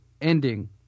ending